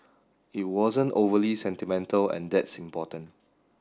it wasn't overly sentimental and that's important